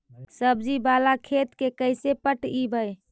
सब्जी बाला खेत के कैसे पटइबै?